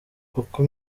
uko